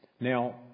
Now